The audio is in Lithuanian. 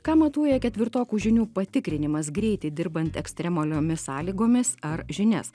ką matuoja ketvirtokų žinių patikrinimas greitai dirbant ekstremaliomis sąlygomis ar žinias